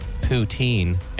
Poutine